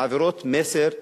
מעבירות מסר שלילי.